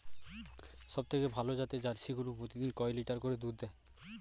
সবথেকে ভালো জাতের জার্সি গরু প্রতিদিন কয় লিটার করে দুধ দেয়?